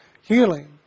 healing